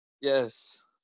Yes